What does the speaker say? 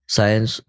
Science